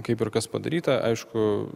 kaip ir kas padaryta aišku